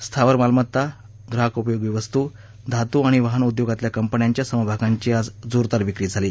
स्थावर मालमत्ता ग्राहकोपयोगी वस्तू धातू आणि वाहन उदयोगातल्या कंपन्यांच्या समभागांची आज जोरदार विक्री झाली